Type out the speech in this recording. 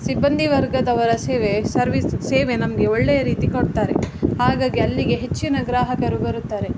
ಸಿಬ್ಬಂದಿ ವರ್ಗದವರ ಸೇವೆ ಸರ್ವಿಸ್ ಸೇವೆ ನಮಗೆ ಒಳ್ಳೆಯ ರೀತಿ ಕೊಡ್ತಾರೆ ಹಾಗಾಗಿ ಅಲ್ಲಿಗೆ ಹೆಚ್ಚಿನ ಗ್ರಾಹಕರು ಬರುತ್ತಾರೆ